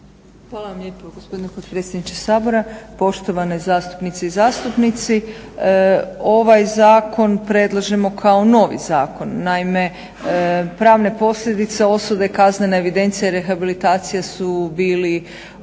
Hvala vam lijepo gospodine potpredsjedniče Sabora. Poštovane zastupnice i zastupnici. Ovaj zakon predlažemo kao novi zakon, naime pravne posljedice osude, kaznena evidencija i rehabilitacija su bili